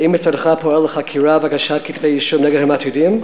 האם משרדך פועל לחקירה והגשת כתבי אישום נגד המטרידים,